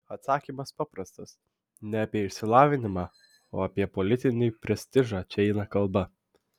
atsakymas paprastas ne apie išsilavinimą o apie politinį prestižą čia eina kalba